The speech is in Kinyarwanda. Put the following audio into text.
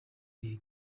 iyi